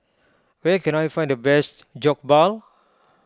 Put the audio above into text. where can I find the best Jokbal